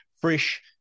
fresh